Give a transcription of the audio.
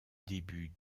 début